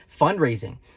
fundraising